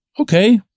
Okay